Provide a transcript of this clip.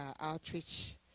outreach